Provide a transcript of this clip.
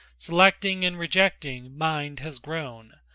selecting and rejecting, mind has grown,